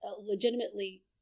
legitimately